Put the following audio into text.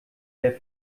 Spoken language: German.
der